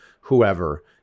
whoever